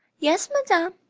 yes, madame.